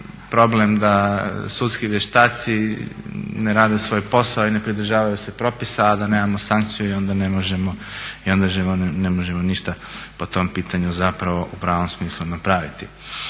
problem da sudski vještaci ne rade svoj posao i ne pridržavaju se propisa, a da nemamo sankciji i onda ne možemo ništa po tom pitanju u pravom smislu napraviti.